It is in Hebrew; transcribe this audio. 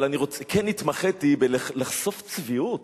אבל כן התמחיתי בלחשוף צביעות,